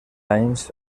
anys